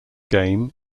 game